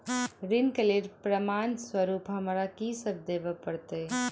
ऋण केँ लेल प्रमाण स्वरूप हमरा की सब देब पड़तय?